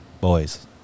Boys